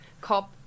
COP